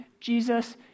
Jesus